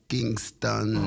Kingston